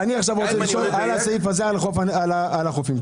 לגבי החופים.